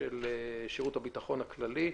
של שירות הביטחון הכללי.